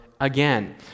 Again